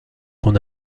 qu’on